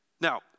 Now